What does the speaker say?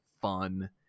fun